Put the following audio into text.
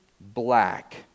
black